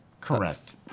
Correct